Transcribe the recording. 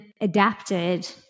adapted